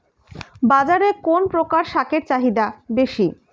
বাজারে কোন প্রকার শাকের চাহিদা বেশী?